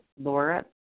Laura